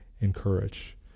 encourage